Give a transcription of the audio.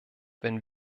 wenn